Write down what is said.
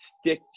stick